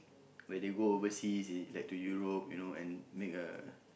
where they go overseas lead to Europe and make a